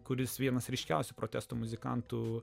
kuris vienas ryškiausių protestų muzikantų